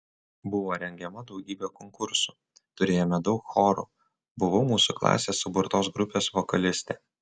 buvo rengiama daugybė konkursų turėjome daug chorų buvau mūsų klasės suburtos grupės vokalistė